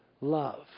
Love